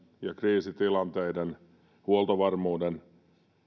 ja kriisitilanteiden huoltovarmuuden